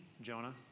Jonah